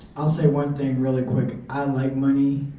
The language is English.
i'll say one thing really quick. i like money.